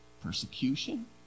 persecution